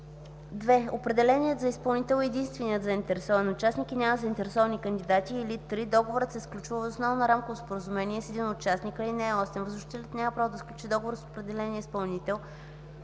2. определеният за изпълнител е единственият заинтересован участник и няма заинтересовани кандидати, или 3. договорът се сключва въз основа на рамково споразумение с един участник. (8) Възложителят няма право да сключи договор с определения изпълнител